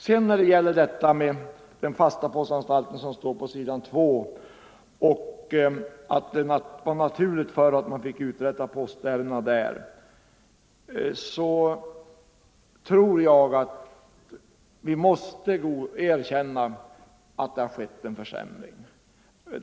På s. 2 behandlas den fasta postanstalten. Det vore naturligt att få uträtta postärendena där. Vi måste nog erkänna att det skett en försämring.